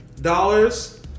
dollars